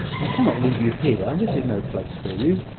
i cannot leave you here. this is no place for you.